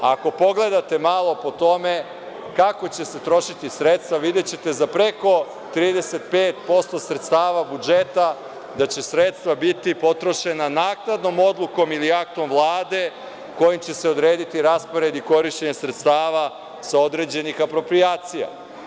Ako pogledate malo po tome kako će se trošiti sredstva, videćete za preko 35% sredstava budžeta da će sredstva biti potrošena naknadnom odlukom ili aktom Vlade, kojim će se odrediti raspored i korišćenje sredstava sa određenih aproprijacija.